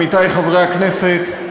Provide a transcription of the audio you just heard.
עמיתי חברי הכנסת,